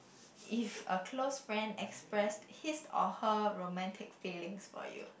if a close friend expressed his or her romantic feelings for you